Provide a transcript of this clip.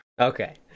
Okay